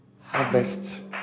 harvest